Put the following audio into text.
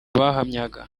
bahamyaga